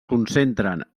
concentren